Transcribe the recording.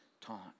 taunt